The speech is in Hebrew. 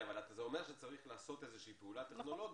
זה אומר שצריך לעשות איזושהי פעולה טכנולוגית.